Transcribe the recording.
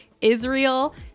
Israel